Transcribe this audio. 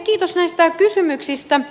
kiitos näistä kysymyksistä